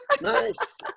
Nice